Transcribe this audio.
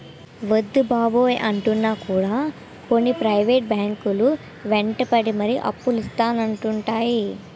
వద్దు బాబోయ్ అంటున్నా కూడా కొన్ని ప్రైవేట్ బ్యాంకు లు వెంటపడి మరీ అప్పులు ఇత్తానంటున్నాయి